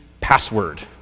password